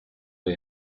you